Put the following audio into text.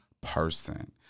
person